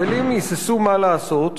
האבלים היססו מה לעשות,